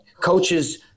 coaches